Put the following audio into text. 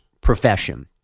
profession